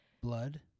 blood